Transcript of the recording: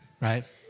right